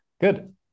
Good